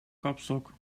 kapstok